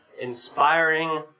inspiring